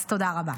תודה רבה.